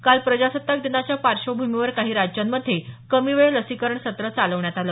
काल प्रजासत्ताक दिनाच्या पार्श्वभूमीवर काही राज्यांमध्ये कमी वेळ लसीकरण सत्र चालवण्यात आलं